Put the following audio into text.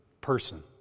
person